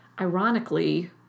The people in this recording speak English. ironically